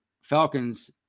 Falcons